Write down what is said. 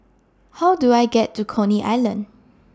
How Do I get to Coney Island